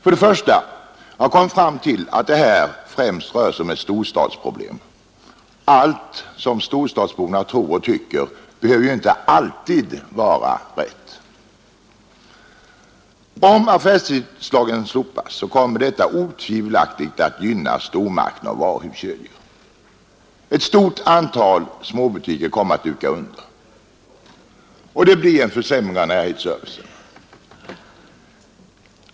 Jag har kommit fram till att det här främst rör sig om ett storstadsproblem — allt som storstadsborna tror och tycker behöver ju inte alltid vara rätt! Om affärstidslagen slopas, kommer detta otvivelaktigt att gynna stormarknader och varuhuskedjor. Ett stort antal småbutiker kommer att duka under, och det blir en försämring av närhetsservicen.